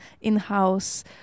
in-house